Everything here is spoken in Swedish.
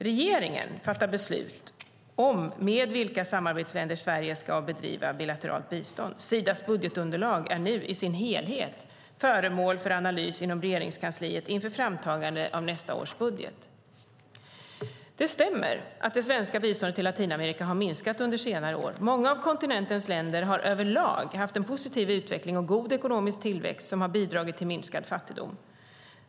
Regeringen fattar beslut om med vilka samarbetsländer Sverige ska bedriva bilateralt bistånd. Sidas budgetunderlag är nu i sin helhet föremål för analys inom Regeringskansliet inför framtagandet av nästa års budget. Det stämmer att det svenska biståndet till Latinamerika har minskat under senare år. Många av kontinentens länder har över lag haft en positiv utveckling och god ekonomisk tillväxt som har bidragit till minskad fattigdom.